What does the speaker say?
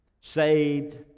Saved